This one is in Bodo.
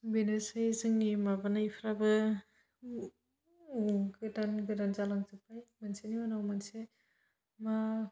बेनोसै जोंनि माबानायफ्राबो गोदान गोदान जालांजोब्बाय मोनसेनि उनाव मोनसे मा